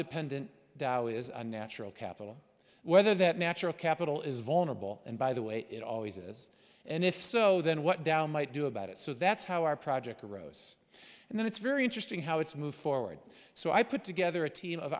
a natural capital whether that natural capital is vulnerable and by the way it always is and if so then what down might do about it so that's how our project arose and then it's very interesting how it's moved forward so i put together a team of